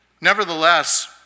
Nevertheless